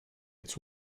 its